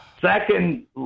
Second